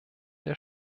der